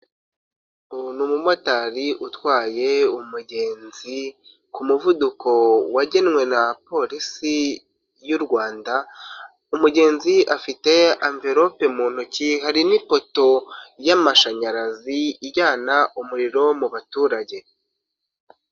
Umumotari utwaye umugenzi ku muvuduko wagenwe na polisi y'u Rwanda, umugenzi afite anvelope mu ntoki, hari n'ipoto y'amashanyarazi ijyana umuriro mu baturage.